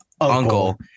Uncle